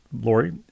Lori